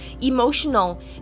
emotional